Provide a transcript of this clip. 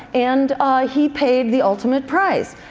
and he paid the ultimate price.